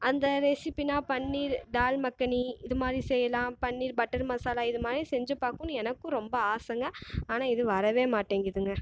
அந்த ரெசிபினால் பன்னீர் டால் மக்கனி இது மாதிரி செய்யலாம் பன்னீர் பட்டர் மசாலா இது மாதிரி செஞ்சு பார்க்கணும்னு எனக்கும் ரொம்ப ஆசைங்க ஆனால் இது வரவே மாட்டேங்குதுங்க